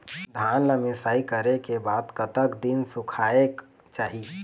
धान ला मिसाई करे के बाद कतक दिन सुखायेक चाही?